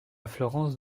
florence